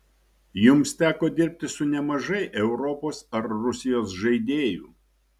jums teko dirbti su nemažai europos ar rusijos žaidėjų